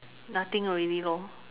nothing already lor